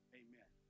amen